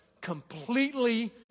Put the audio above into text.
completely